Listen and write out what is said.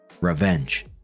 revenge